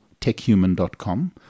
techhuman.com